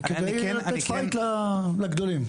כדי לתת פייט לגדולים?